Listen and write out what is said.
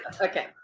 Okay